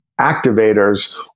activators